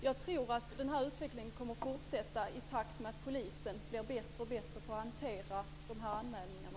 Jag tror att den här utvecklingen kommer att fortsätta i takt med att polisen blir bättre på att hantera anmälningarna.